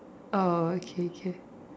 orh K K